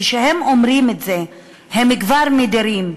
שכשהם אומרים את זה הם כבר מדירים,